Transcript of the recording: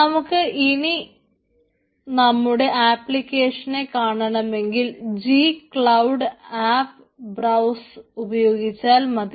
നമുക്ക് ഇനി നമ്മുടെ ആപ്ലിക്കേഷനെ കാണണമെങ്കിൽ ജി ക്ലൌഡ് ആപ്പ് ബ്രൌസ് ഉപയോഗിച്ചാൽ മതി